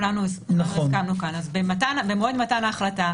במועד מתן ההחלטה,